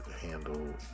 handle